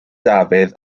dafydd